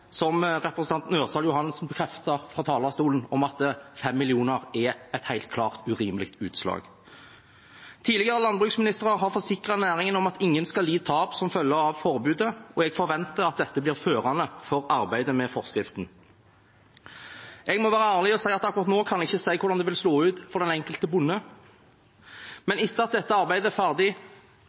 det representanten Ørsal Johansen bekreftet fra talerstolen, at 5 mill. kr er et helt klart urimelig utslag. Tidligere landbruksministre har forsikret næringen om at ingen skal lide tap som følge av forbudet, og jeg forventer at dette blir førende for arbeidet med forskriften. Jeg må være ærlig og si at akkurat nå kan jeg ikke si hvordan det vil slå ut for den enkelte bonde, men etter at dette arbeidet er ferdig,